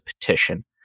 petition